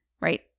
right